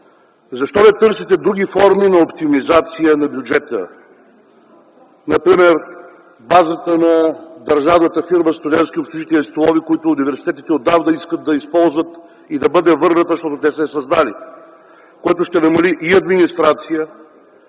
защо не търсите други форми на оптимизация на бюджета? Например базата на държавната фирма „Студентски общежития и столове”, които университетите отдавна искат да използват и да бъде върната, защото те са я създали, което ще намали и администрацията,